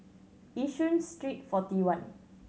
Yishun Street Forty One